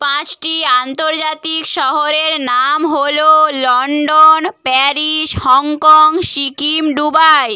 পাঁচটি আন্তর্জাতিক শহরের নাম হলো London Paris Hong Kong Sikkim Dubai